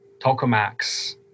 tokamaks